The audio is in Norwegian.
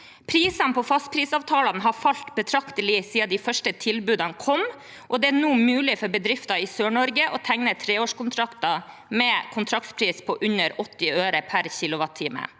Prisene på fastprisavtalene har falt betraktelig siden de første tilbudene kom, og det er nå mulig for bedrifter i Sør-Norge og tegne treårskontrakter med kontraktpris på under 80 øre per